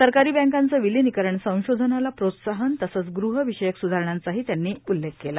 सरकारी बँकांचं विलिनीकरण संशोधनाला प्रोत्साहन तसंच गृहविषयक सुधारणांचाही त्यांनी उल्लेख केला